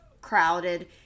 crowded